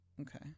okay